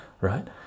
right